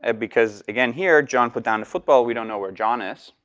ah because again here, john put down the football. we don't know where john is,